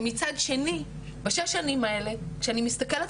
ומצד שני בשש שנים האלה שאני מסתכלת